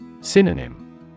Synonym